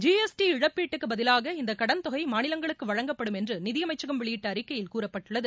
G S T இழப்பீட்டுக்கு பதிலாக இந்த கடன்தொகை மாநிவங்களுக்கு வழங்கப்படும் என்று நிதி அமைச்சகம் வெளியிட்ட அறிக்கையில் கூறப்பட்டுள்ளது